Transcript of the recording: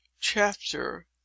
Chapter